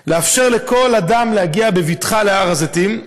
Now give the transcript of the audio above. כדי לאפשר לכל אדם להגיע בבטחה להר הזיתים,